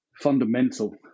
fundamental